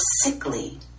sickly